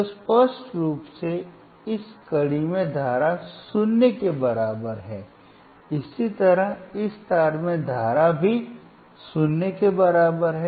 तो स्पष्ट रूप से इस कड़ी में धारा 0 के बराबर है इसी तरह इस तार में धारा भी 0 के बराबर है